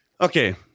Okay